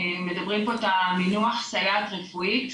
מדבר פה את המינוח סייעת רפואית.